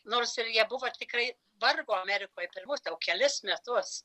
nors ir jie buvo tikrai vargo amerikoje pirmus kelis miestus